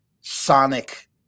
sonic